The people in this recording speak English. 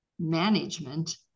management